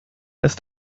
ist